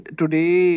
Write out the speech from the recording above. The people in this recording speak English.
today